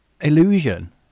illusion